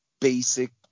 basic